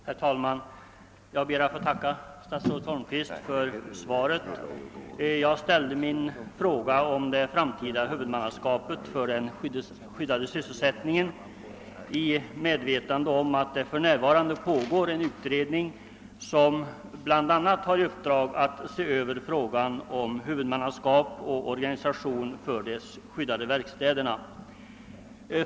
"Herr talman! Jag ber att få tacka statsrådet Holmqvist för svaret. Jag ställde min fråga om det framtida huvudmannaskapet för den skyddade sysselsättningen i medvetande om att det för närvarande pågår en utredning som bl.a. har i uppdrag att se över huvudmäannaskapet och organisationen för de skyddade verkstäderna.